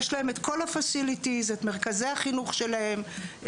יש להם מרכזי החינוך שלהם,